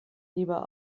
lieber